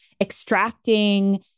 extracting